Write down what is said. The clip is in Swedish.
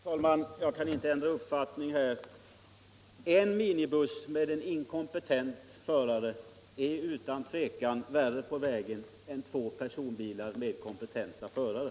Herr talman! Jag kan inte ändra uppfattning; en minibuss med en inkompetent förare är utan tvivel mera riskfylld på vägen än två personbilar med kompetenta förare.